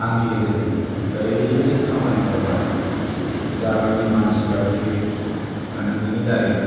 आंनि लोगोजों ओरैबायदि खामानि मावबाय जाबायदि मानसिरा बियो माने बिनि दारै